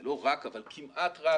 זה לא רק אבל כמעט רק